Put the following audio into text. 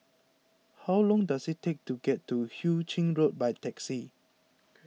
how long does it take to get to Hu Ching Road by taxi